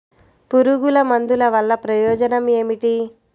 పురుగుల మందుల వల్ల ప్రయోజనం ఏమిటీ?